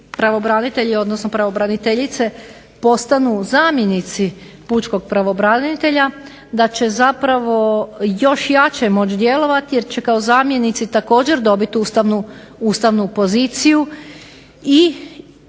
pravobranitelji odnosno pravobraniteljice postanu zamjenici pučki pravobranitelja da će zapravo još jače moći djelovati jer će kao zamjenici također dobiti ustavnu poziciju i